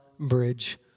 bridge